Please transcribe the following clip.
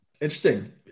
Interesting